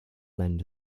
lend